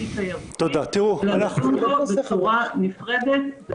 אי תיירותי אלא לדון בו בצורה אחרת ונפרדת.